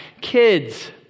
kids